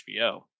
HBO